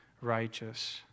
righteous